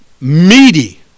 meaty